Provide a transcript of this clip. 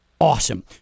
Awesome